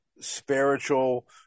Spiritual